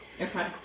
Okay